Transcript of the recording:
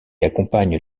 accompagne